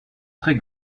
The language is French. très